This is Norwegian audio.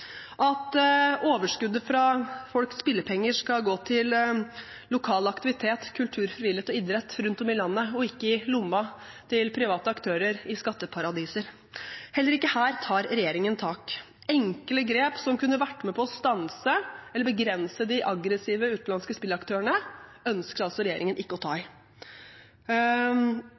at overskuddet fra folks spillepenger skal gå til lokal aktivitet, kultur, frivillighet og idrett rundt om i landet, og ikke i lomma til private aktører i skatteparadiser. Heller ikke her tar regjeringen tak. Enkle grep som kunne vært med på å stanse eller begrense de aggressive utenlandske spillaktørene, ønsker altså ikke regjeringen å ta i.